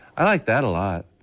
i like that a lot.